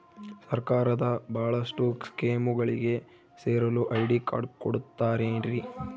ಸರ್ಕಾರದ ಬಹಳಷ್ಟು ಸ್ಕೇಮುಗಳಿಗೆ ಸೇರಲು ಐ.ಡಿ ಕಾರ್ಡ್ ಕೊಡುತ್ತಾರೇನ್ರಿ?